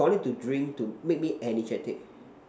tonic to drink to make me energetic